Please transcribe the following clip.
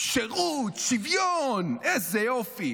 שירות, שוויון, איזה יופי.